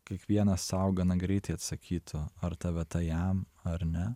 kiekvienas sau gana greitai atsakytų ar ta vieta jam ar ne